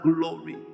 glory